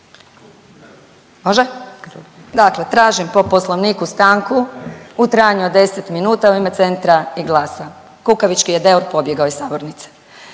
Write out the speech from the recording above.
Može? Dakle, tražim po Poslovniku stanku u trajanju od 10 minuta u ime Centra i GLAS-a. Kukavički je Deur pobjegao iz sabornice.